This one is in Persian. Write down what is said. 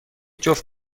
جفت